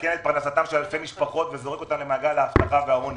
- מסכן את פרנסתם של אלפי משפחות וזורק אותם למעגל האבטלה והעוני.